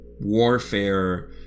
warfare